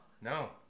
No